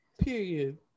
Period